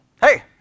hey